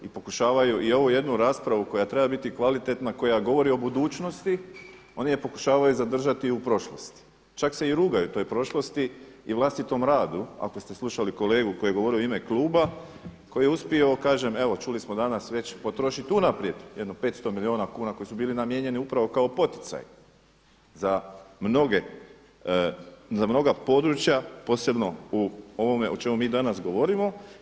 I pokušavaju i ovu jednu raspravu koja treba biti kvalitetna koja govori o budućnosti oni je pokušavaju zadržati u prošlosti, čak se i rugaju toj prošlosti i vlastitom radu, ako ste slušali kolegu koji je govorio u ime kluba koji je uspio kažem evo čuli smo danas već potrošiti unaprijed jedno 500 milijuna kuna koji su bili namijenjeni upravo kao poticaj za mnoga područja posebno u ovome o čemu mi danas govorimo.